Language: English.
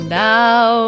now